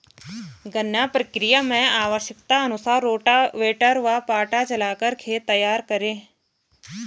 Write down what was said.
गन्ना प्रक्रिया मैं आवश्यकता अनुसार रोटावेटर व पाटा चलाकर खेत तैयार करें